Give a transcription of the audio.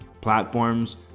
platforms